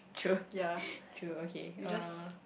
true true okay uh